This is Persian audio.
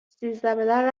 سیزدهبدر